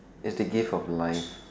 is the gift of life